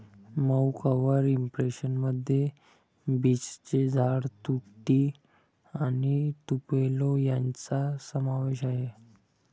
मऊ cover impression मध्ये बीचचे झाड, तुती आणि तुपेलो यांचा समावेश आहे